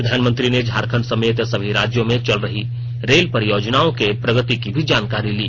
प्रधानमंत्री ने झारखंड समेत सभी राज्यों में चल रही रेल परियोजनाओं के प्रगति की भी जानकारी ली